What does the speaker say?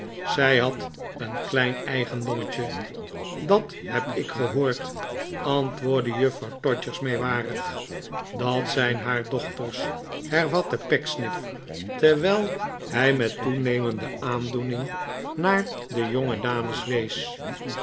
zij had een klein eigendommetje dat heb ik gehoord antwoordde juffrouw todgers meewarig dat zijn haar dochters hervatte pecksniff terwijl hij met toenemende aandoening naar de jongedames wees